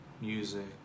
Music